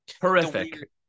Horrific